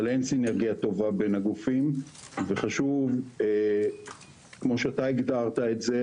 אבל אין סינרגיה טובה בין הגופים וחשוב כמו שאתה הגדרת את זה,